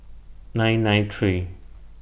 nine nine three